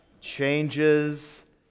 changes